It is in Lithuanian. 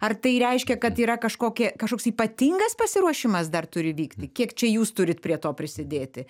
ar tai reiškia kad yra kažkokie kažkoks ypatingas pasiruošimas dar turi vykti kiek čia jūs turit prie to prisidėti